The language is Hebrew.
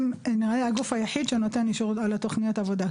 הם נראה לי הגוף היחיד שנותן אישור על תוכניות העבודה.